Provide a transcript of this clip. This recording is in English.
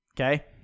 Okay